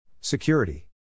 Security